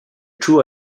true